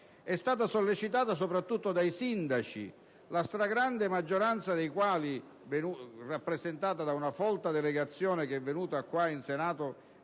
È stata sollecitata soprattutto dai sindaci, la stragrande maggioranza dei quali rappresentata da una folta delegazione intervenuta in Senato